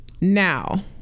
Now